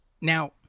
now